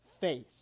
faith